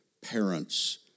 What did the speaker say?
parents